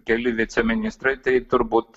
keli viceministrai tai turbūt